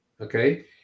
okay